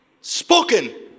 Spoken